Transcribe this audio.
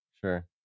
sure